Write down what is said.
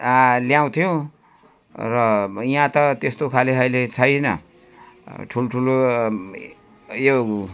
ल्याउँथ्यो र यहाँ त त्यस्तो खाले अहिले छैन ठुल्ठुलो यो